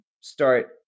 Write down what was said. start